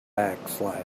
backslashes